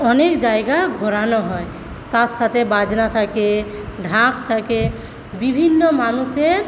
অনেক জায়গা ঘোরানো হয় তার সাথে বাজনা থাকে ঢাক থাকে বিভিন্ন মানুষের